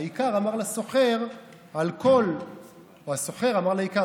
האיכר אמר לסוחר או הסוחר אמר לאיכר,